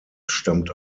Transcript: stammt